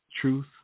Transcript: truth